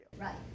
Right